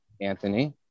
Anthony